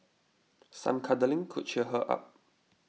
some cuddling could cheer her up